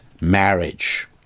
marriage